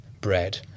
bread